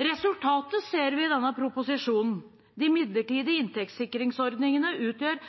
Resultatet ser vi i denne proposisjonen. De midlertidige inntektssikringsordningene utgjør